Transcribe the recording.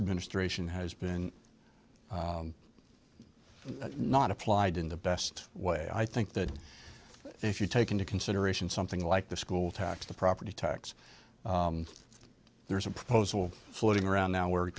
administration has been not applied in the best way i think that if you take into consideration something like the school tax the property tax there's a proposal floating around now where